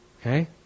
Okay